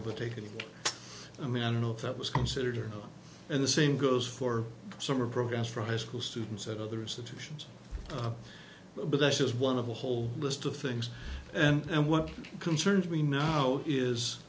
able to take in i mean i don't know if that was considered and the same goes for summer programs for high school students at other institutions but that's just one of a whole list of things and what concerns me now is